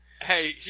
Hey